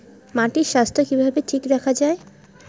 মাটির স্বাস্থ্য কিভাবে ঠিক রাখা যায়?